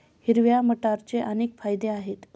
हिरव्या मटारचे अनेक फायदे आहेत